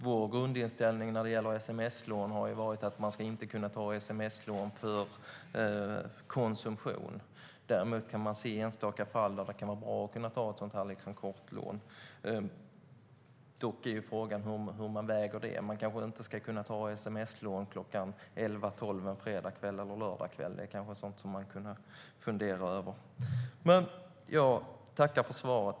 Vår grundinställning när det gäller sms-lån har varit att människor inte ska kunna ta sms-lån för konsumtion. Däremot kan man se enstaka fall där det kan vara bra att kunna ta ett kort lån. Dock är frågan hur man väger det. Människor kanske inte ska kunna ta sms-lån klockan elva eller tolv en fredagskväll eller en lördagskväll. Det är sådant som man kanske kan fundera över. Jag tackar för svaret.